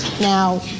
now